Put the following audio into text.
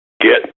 Get